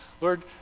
lord